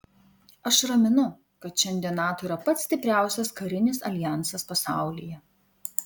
aš raminu kad šiandien nato yra pats stipriausias karinis aljansas pasaulyje